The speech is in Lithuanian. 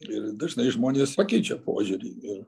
ir dažnai žmonės pakeičia požiūrį ir